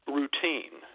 routine